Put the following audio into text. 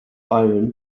iron